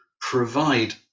provide